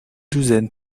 douzaine